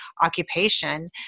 occupation